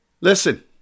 Listen